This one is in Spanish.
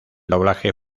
doblaje